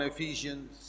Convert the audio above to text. Ephesians